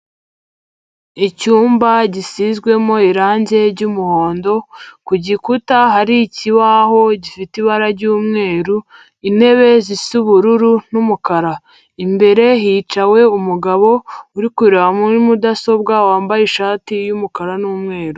Icyumba gisizwemo irange ry'umuhondo, ku gikuta hari ikibaho gifite ibara ry'umweru, intebe zisa ubururu n'umukara, imbere hicawe umugabo uri kureba muri mudasobwa wambaye ishati y'umukara n'umweru.